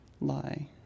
lie